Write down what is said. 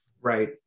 right